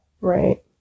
Right